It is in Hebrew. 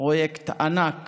פרויקט ענק